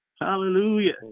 Hallelujah